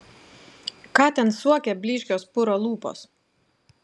ką ten suokia blyškios puro lūpos